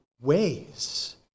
ways